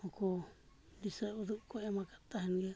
ᱱᱩᱠᱩ ᱫᱤᱥᱟᱹ ᱩᱫᱩᱜ ᱠᱚ ᱮᱢ ᱟᱠᱟᱫ ᱛᱟᱦᱮᱱ ᱜᱮᱭᱟ